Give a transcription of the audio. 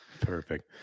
Perfect